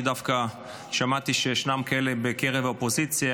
אני דווקא שמעתי שישנם כאלה בקרב האופוזיציה,